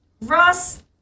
Ross